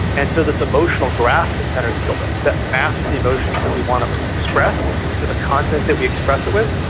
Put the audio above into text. and so this emotional graph that tenor is building that maps the emotions that we want to express to the content that we express it with,